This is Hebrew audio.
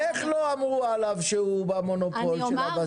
איך לא אמרו עליו שהוא במונופול של הבשר?